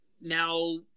now –